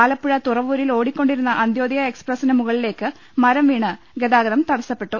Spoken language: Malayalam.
ആലപ്പുഴ തുറവൂരിൽ ഓടിക്കൊണ്ടിരുന്ന അന്ത്യാദയ എക്സ്പ്രസിന് മുകളിലേക്ക് മരംവീണ് ഗതാഗതം തടസ്സപ്പെട്ടു